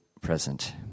present